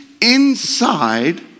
inside